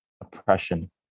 oppression